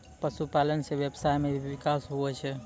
पशुपालन से व्यबसाय मे भी बिकास हुवै छै